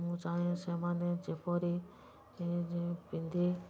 ମୁଁ ଚାହେଁ ସେମାନେ ଯେପରି ପିନ୍ଧି